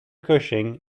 cushing